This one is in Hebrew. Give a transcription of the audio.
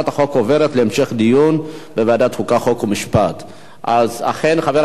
החוקה, חוק ומשפט נתקבלה.